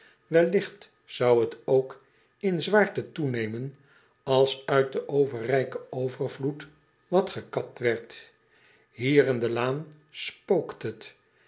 elligt zou t ook in zwaarte toenemen als uit den overrijken overvloed wat gekapt werd ier in de laan spookt het